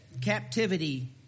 captivity